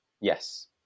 yes